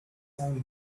and